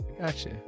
gotcha